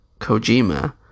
Kojima